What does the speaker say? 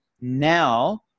now